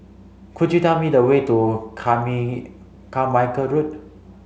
could you tell me the way to Carmichael Road